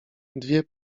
dwie